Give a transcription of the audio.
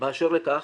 באשר לכך,